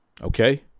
Okay